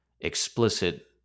explicit